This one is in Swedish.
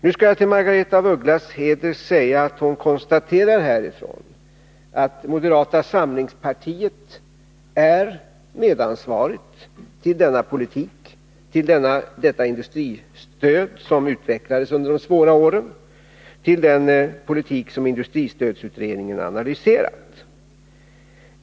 Nu skall det till Margaretha af Ugglas heder sägas att hon i sitt anförande konstaterade att moderata samlingspartiet är medansvarigt för denna politik — för det industristöd som utvecklades under de svåra åren, för den politik som industristödsutredningen analyserat.